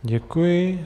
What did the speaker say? Děkuji.